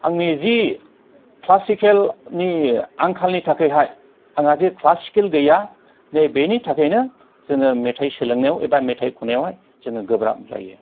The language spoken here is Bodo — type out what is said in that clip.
आंनि जि क्लासिकेलनि आंखालनि थाखैहाय आंहा जे क्लासिकेल गैया नै बेनि थाखायनो जोङो मेथाइ सोलोंनायाव एबा मेथाइ खननायावहाय जोङो गोब्राब जायो